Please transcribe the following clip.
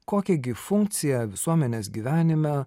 kokią gi funkciją visuomenės gyvenime